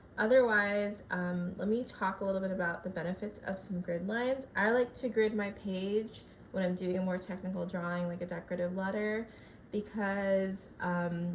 otherwise let me talk a little bit about the benefits of some grid lines. i like to grid my page when i'm doing a more technical drawing like a decorative letter because